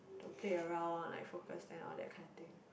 don't play around like focus and all that kind of thing